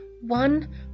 one